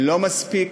לא מספיק,